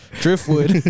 Driftwood